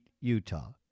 Utah